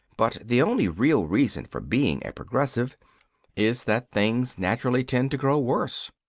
but the only real reason for being a progressive is that things naturally tend to grow worse.